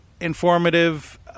informative